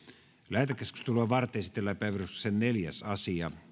lähetekeskustelua varten esitellään päiväjärjestyksen neljäs asia